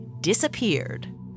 disappeared